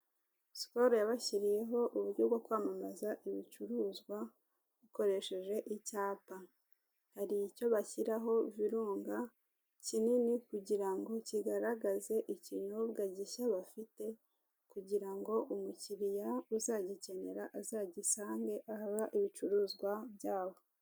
Sikoro yabashyiriyeho uburyo bwo kwamamaza ibicuruzwa ikoresheje icyapa, hari icyo bashyiraho virunga kinini kugira ngo kigaragaze ikinyobwa gishya bafite kugira ngo umukiriya uzagikenera azagisange ahaba ibicuruzwa byabo.